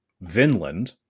vinland